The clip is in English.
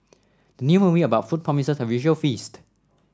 the new movie about food promises a visual feast